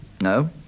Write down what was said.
No